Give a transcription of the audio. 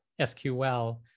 SQL